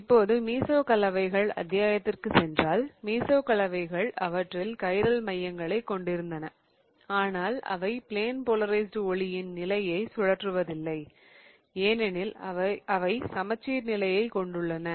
இப்போது மீசோ கலவைகள் அத்தியாயத்திற்குச் சென்றால் மீசோ கலவைகள் அவற்றில் கைரல் மையங்களைக் கொண்டிருந்தன ஆனால் அவை ப்ளென் போலரைஸ்ட் ஒளியின் நிலையை சுழற்றுவதில்லை ஏனெனில் அவை சமச்சீர் நிலையை கொண்டுள்ளன